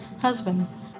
husband